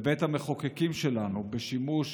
בבית המחוקקים שלנו, בשימוש